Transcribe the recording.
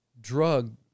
drug